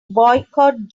boycott